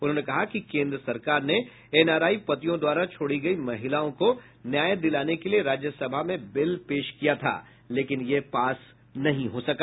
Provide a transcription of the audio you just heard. उन्होंने कहा कि केन्द्र सरकार ने एनआरआई पतियों द्वारा छोड़ी गयी महिलाओं को न्याय दिलाने के लिए राज्यसभा में बिल पेश किया था लेकिन यह पास नहीं हो सका